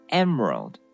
emerald